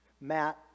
Matt